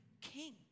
king